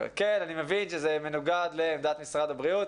כן, אני מבין שזה מנוגד לעמדת משרד הבריאות.